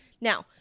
Now